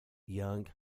young